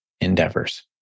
endeavors